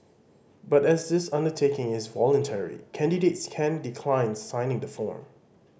but as this undertaking is voluntary candidates can decline signing the form